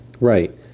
Right